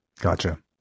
Gotcha